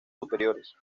superiores